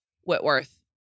Whitworth